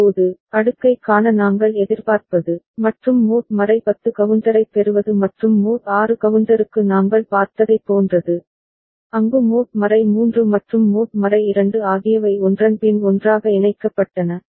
இப்போது அடுக்கைக் காண நாங்கள் எதிர்பார்ப்பது மற்றும் மோட் 10 கவுண்டரைப் பெறுவது மற்றும் மோட் 6 கவுண்டருக்கு நாங்கள் பார்த்ததைப் போன்றது அங்கு மோட் 3 மற்றும் மோட் 2 ஆகியவை ஒன்றன் பின் ஒன்றாக இணைக்கப்பட்டன